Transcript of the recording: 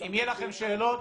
אם יהיו לכם שאלות,